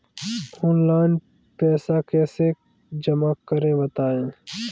Online पैसा कैसे जमा करें बताएँ?